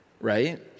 right